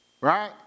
Right